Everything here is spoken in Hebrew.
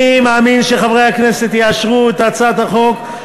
אני מאמין שחברי הכנסת יאשרו את הצעת החוק,